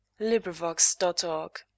LibriVox.org